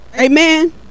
Amen